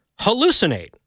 hallucinate